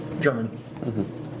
German